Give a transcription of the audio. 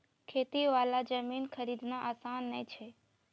खेती वाला जमीन खरीदना आसान नय छै